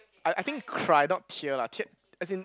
I I think cry not tear lah tear as in